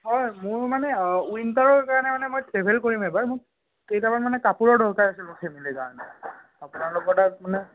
হয় মোৰ মানে ওৱিনটাৰৰ কাৰণে মানে মই ট্ৰেভেল কৰিম এইবাৰ মোক কেইটামান মানে কাপোৰৰ দৰকাৰ হৈছিল মোৰ ফেমিলিৰ কাৰণে আপোনালোকৰ তাত মানে